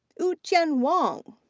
yuqian wang.